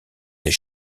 des